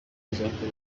tuzakora